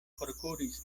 forkuris